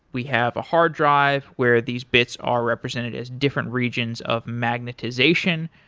we have a hard drive where these bits are represented as different regions of magnetization,